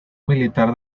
militar